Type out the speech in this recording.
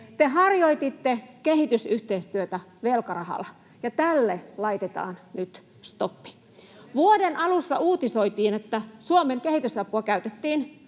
Te harjoititte kehitysyhteistyötä velkarahalla, ja tälle laitetaan nyt stoppi. Vuoden alussa uutisoitiin, että Suomen kehitysapua käytettiin